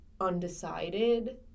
undecided